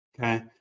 Okay